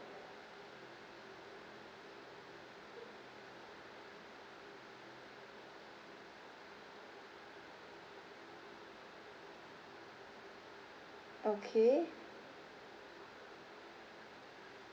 okay